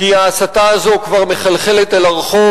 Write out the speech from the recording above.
כי ההסתה הזו כבר מחלחלת אל הרחוב,